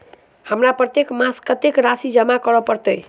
हमरा प्रत्येक मास कत्तेक राशि जमा करऽ पड़त?